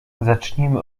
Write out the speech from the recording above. zacznijmy